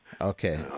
Okay